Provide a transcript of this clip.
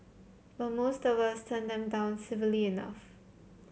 but most of us turn them down civilly enough